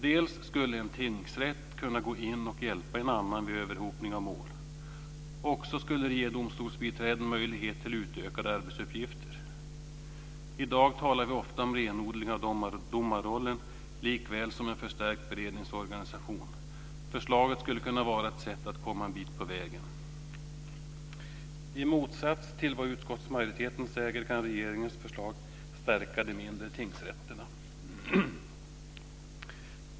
Dels skulle en tingsrätt kunna gå in och hjälpa en annan vid överhopning av mål, dels skulle det ge domstolsbiträden möjlighet till utökade arbetsuppgifter. I dag talar vi ofta om renodling av domarrollen likaväl som om en förstärkt beredningsorganisation. Förslaget skulle kunna vara ett sätt att komma en bit på den vägen. I motsats till vad utskottsmajoriteten säger kan regeringens förslag stärka de mindre tingsrätterna.